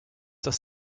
das